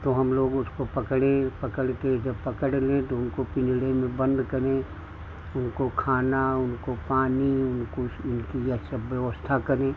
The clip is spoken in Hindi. तो हम लोग उसको पकड़ें पकड़ कर जब पकड़ लें तो उनको पिंजरे में बंद करें उनको खाना उनको पानी उनको उनकी यह सब व्यवस्था करें